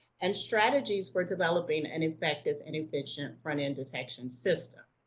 and strategies for developing an effective and efficient front-end detection system.